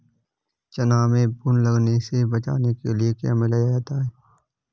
चना में घुन लगने से बचाने के लिए क्या मिलाया जाता है?